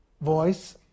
voice